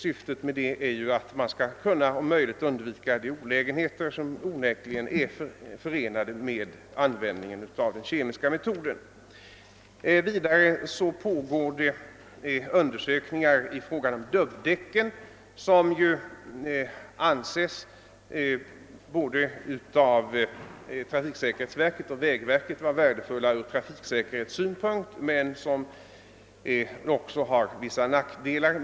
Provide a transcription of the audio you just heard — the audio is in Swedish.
Syftet härmed är att om möjligt eliminera de olägenheter som onekligen är förenade med användningen av den kemiska metoden. Vidare pågår undersökningar i fråga om dubbdäcken, som ju av både trafiksäkerhetsverket och vägverket anses vara värdefulla ur trafiksäkerhetssynpunkt men som också medför vissa nackdelar.